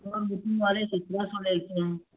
اور بکنگ والے سترہ سو لیتے ہیں